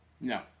No